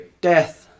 death